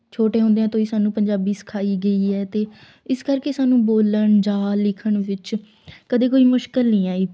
ਛੋਟੇ ਹੁੰਦਿਆਂ ਤੋਂ ਹੀ ਸਾਨੂੰ ਪੰਜਾਬੀ ਸਿਖਾਈ ਗਈ ਹੈ ਅਤੇ ਇਸ ਕਰਕੇ ਸਾਨੂੰ ਬੋਲਣ ਜਾਂ ਲਿਖਣ ਵਿੱਚ ਕਦੇ ਕੋਈ ਮੁਸ਼ਕਲ ਨਹੀਂ ਆਈ